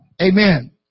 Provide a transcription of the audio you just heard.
Amen